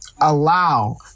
allow